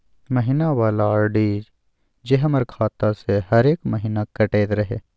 महीना वाला आर.डी जे हमर खाता से हरेक महीना कटैत रहे?